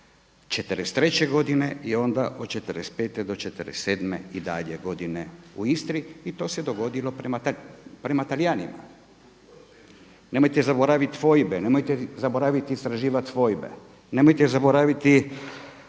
'43. godine i onda od '45. do '47. i dalje godine u Istri i to se dogodilo prema Talijanima. Nemojte zaboravit fojbe, nemojte zaboraviti istraživati fojbe. Nemojte zaboraviti